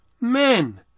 men